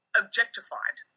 objectified